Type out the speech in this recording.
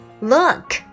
Look